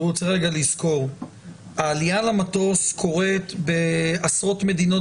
צריך לזכור שהעלייה למטוס קורית בעשרות מדינות